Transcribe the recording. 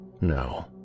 No